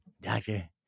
doctor